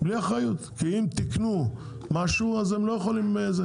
כי אם תיקנו משהו האחריות לא תקפה.